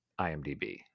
IMDb